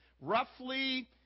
roughly